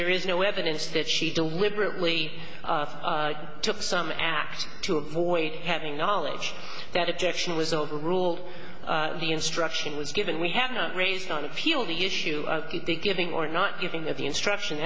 there is no evidence that she deliberately took some act to avoid having knowledge that objection was overruled the instruction was given we have not raised on appeal the issue of the giving or not giving of the instruction